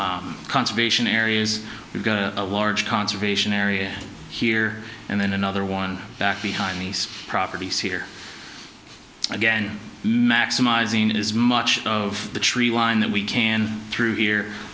conservation areas we've got a large conservation area here and then another one back behind these properties here again maximizing as much of the tree line that we can through here